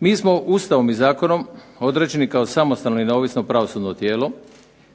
Mi smo Ustavom i zakonom određeni kao samostalno i neovisno pravosudno tijelo,